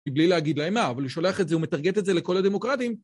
בלי להגיד להם מה, אבל הוא שולח את זה, הוא מטרגט את זה לכל הדמוקרטים.